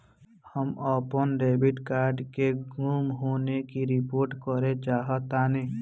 हम अपन debit card के गुम होने की रिपोर्ट करे चाहतानी